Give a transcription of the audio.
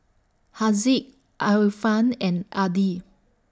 Haziq Alfian and Adi